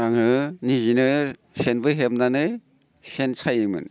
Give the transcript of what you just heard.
आङो निजेनो सेनबो हेबनानै सेन सायोमोन